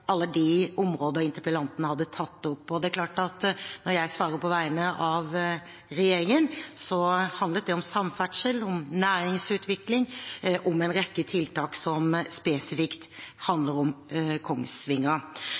alle de områder interpellanten tok opp. Det er klart at da jeg svarte på vegne av regjeringen, handlet det om samferdsel, om næringsutvikling og om en rekke tiltak spesifikt for Kongsvinger.